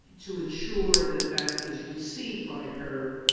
to ensure that that is received by her,